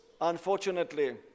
unfortunately